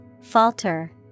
Falter